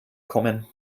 kommen